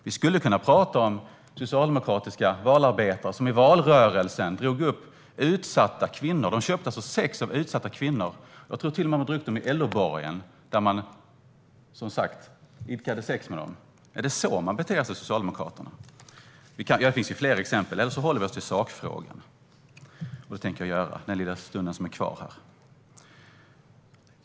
Vi skulle också kunna prata om de socialdemokratiska valarbetare som i valrörelsen köpte sex av utsatta kvinnor. Jag tror till och med att man drog upp dem i LO-borgen där man som sagt idkade sex med dem. Är det så man beter sig i Socialdemokraterna? Det finns fler exempel att ta upp, men vi kan också hålla oss till sakfrågan, och det tänker jag göra den lilla stund som är kvar här.